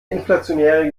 inflationäre